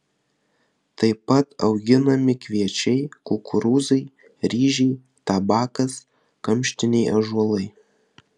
tai pat auginami kviečiai kukurūzai ryžiai tabakas kamštiniai ąžuolai